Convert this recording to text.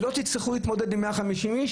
שלא תצטרכו להתמודד עם 150 אנשים,